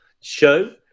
show